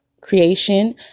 creation